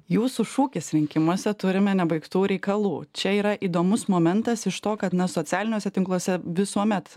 jūsų šūkis rinkimuose turime nebaigtų reikalų čia yra įdomus momentas iš to kad na socialiniuose tinkluose visuomet